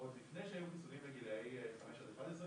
עוד לפני שהיו חיסונים לגילאים 5 עד 11,